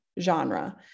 genre